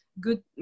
good